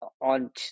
on